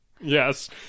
yes